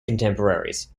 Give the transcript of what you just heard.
contemporaries